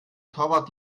torwart